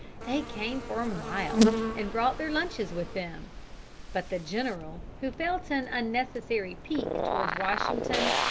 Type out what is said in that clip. they came for miles, and brought their lunches with them but the general, who felt an unnecessary pique towards washington,